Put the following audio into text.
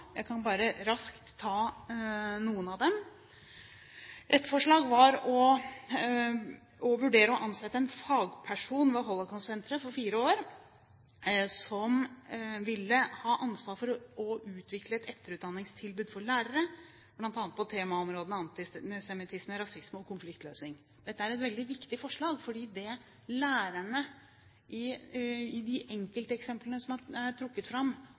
Jeg kan bare raskt ta noen av dem. Et forslag var å vurdere å ansette en fagperson ved Holocaustsenteret for fire år, som ville ha ansvaret for å utvikle et etterutdanningstilbud for lærere, bl.a. på temaområdene antisemittisme, rasisme og konfliktløsning. Dette er et veldig viktig forslag, for det lærerne i de enkelteksemplene som er trukket fram,